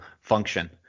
function